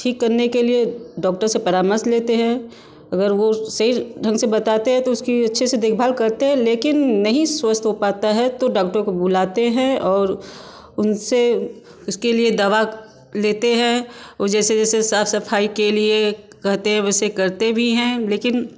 ठीक करने के लिए डॉक्टर से परामर्श लेते हैं अगर वो सही ढंग से बताते हैं तो उसकी अच्छे से देखभाल करते हैं लेकिन नहीं स्वस्थ नहीं हो पता है तो डॉक्टर को बुलाते हैं और उनसे उसके लिए दवा लेते हैं और जैसे जैसे साफ़ सफाई के लिए कहते हैं वैसे करते भी हैं लेकिन